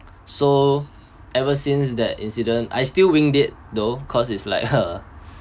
so ever since that incident I still winged it though cause it's like a